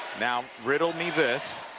now, riddle me this.